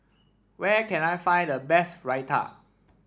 where can I find the best Raita